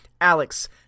Alex